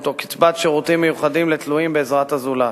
או קצבת שירותים מיוחדים לתלויים בעזרת הזולת.